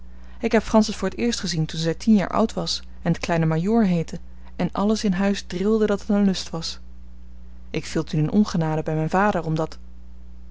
ik heb francis voor t eerst gezien toen zij tien jaar oud was en de kleine majoor heette en alles in huis drilde dat het een lust was ik viel toen in ongenade bij mijn vader omdat